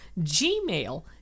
Gmail